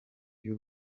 y’u